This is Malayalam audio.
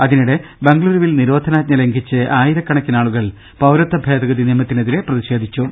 അതിനിടെ ബംഗുളൂരുവിൽ നിരോധനാജ്ഞ ലംഘിച്ച് ആയിരക്കണക്കിനാളു കൾ പൌരത്വ ഭേദഗതി നിയമത്തിനെതിരെ പ്രതിഷേധിച്ചു